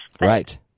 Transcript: Right